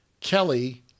Kelly